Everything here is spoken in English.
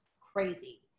crazy